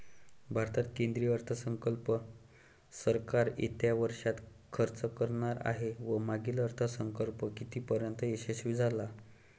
भारतात केंद्रीय अर्थसंकल्प सरकार येत्या वर्षात खर्च करणार आहे व मागील अर्थसंकल्प कितीपर्तयंत यशस्वी झाला